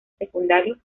secundario